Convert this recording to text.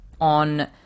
on